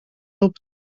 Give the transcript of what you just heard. rób